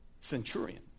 Centurion